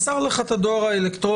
מסר לך את הדואר האלקטרוני,